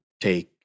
take